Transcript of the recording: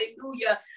hallelujah